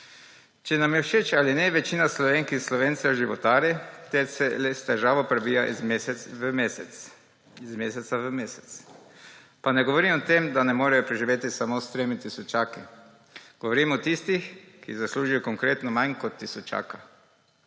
Če nam je všeč ali ne, večina Slovenk in Slovencev životari ter se le s težavo prebija iz meseca v mesec. Pa ne govorim o tem, da ne morejo preživeti samo s tremi tisočaki, govorim o tistih, ki zaslužijo konkretno manj kot tisočaka.